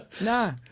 nah